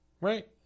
Right